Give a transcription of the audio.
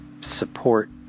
support